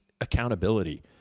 accountability